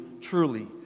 truly